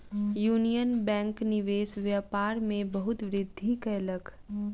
union bank निवेश व्यापार में बहुत वृद्धि कयलक